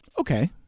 Okay